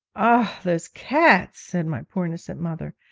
ah, those cats said my poor innocent mother.